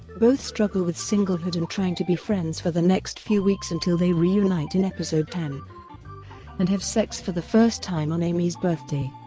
both struggle with singlehood and trying to be friends for the next few weeks until they reunite in episode ten and have sex for the first time on amy's birthday.